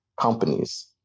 companies